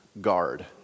guard